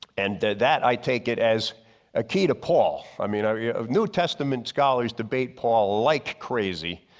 and that i take it as a key to paul. i mean yeah of new testament scholars debate paul like crazy.